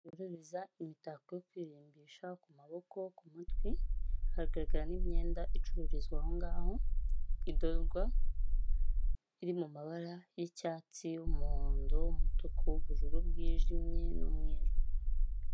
Bacururiza imitako yo kwirimbisha ku maboko, ku matwi, hagaragara n'imyenda icururizwa aho ngaho idorwa, iri mu mabara y'icyatsi, umuhondo, umutuku, ubururu bwijimye n'umweru.